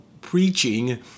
preaching